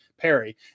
Perry